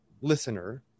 listener